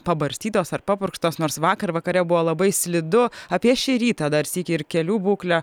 pabarstytos ar papurkštos nors vakar vakare buvo labai slidu apie šį rytą dar sykį ir kelių būklę